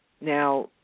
now